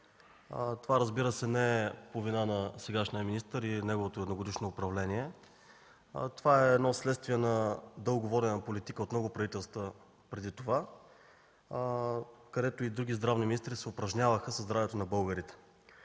Това, разбира се, не е по вина на сегашния министър и неговото едногодишно управление. Това е следствие на дълго водена политика от много правителства преди това, където и други здравни министри се упражняваха със здравето на българите.